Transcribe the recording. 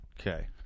Okay